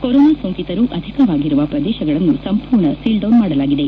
corona ಸೋಂಕಿತರು ಅಧಿಕವಾಗಿರುವ ಪ್ರದೇಶಗಳನ್ನು ಸಂಪೂರ್ಣ ಸೀಲ್ಡೌನ್ ಮಾಡಲಾಗಿದೆ